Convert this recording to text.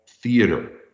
theater